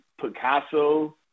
Picasso